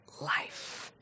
life